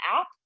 app